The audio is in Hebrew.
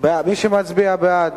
מי שמצביע בעד,